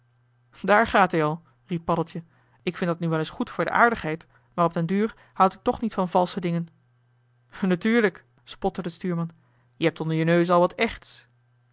daar gaat hij al riep paddeltje ik vind dat nu wel eens goed voor de aardigheid maar op den duur houd ik toch niet van valsche dingen natuurlijk spotte de stuurman je hebt onder je neus al wat echts